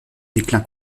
déclin